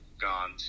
gone